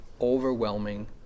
overwhelming